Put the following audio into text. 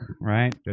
right